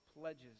pledges